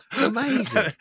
amazing